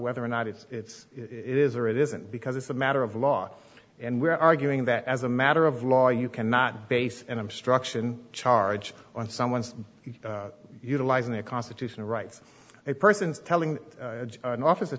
whether or not it's it is or it isn't because it's a matter of law and we're arguing that as a matter of law you cannot base and obstruction charge on someone's utilizing their constitutional rights a person telling an officer